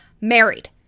married